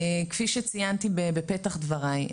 כפי שציינתי בפתח דבריי,